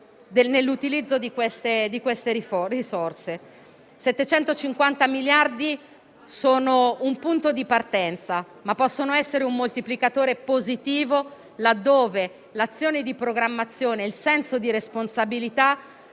nell'utilizzo di queste risorse: 750 miliardi sono un punto di partenza, ma possono essere un moltiplicatore positivo laddove l'azione di programmazione e il senso di responsabilità